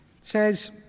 says